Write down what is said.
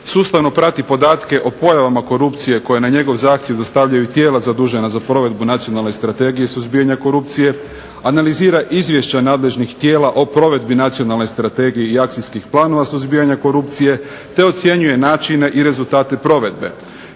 sustavno prati podatke o pojavama korupcije koje na njegov zahtjev dostavljaju tijela zadužena za provedbu Nacionalne strategije suzbijanja korupcije, analizira izvješća nadležnih tijela o provedbi Nacionalne strategije i akcijskih planova suzbijanja korupcije te ocjenjuje načine i rezultate provedbe,